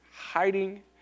hiding